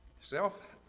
self